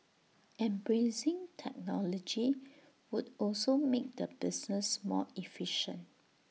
embracing technology would also make the business more efficient